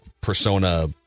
persona